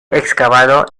excavado